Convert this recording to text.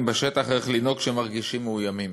בשטח איך לנהוג כשהם מרגישים מאוימים,